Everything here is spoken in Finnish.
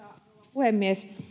puhemies